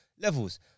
levels